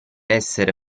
essere